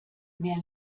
mehr